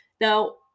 Now